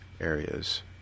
areas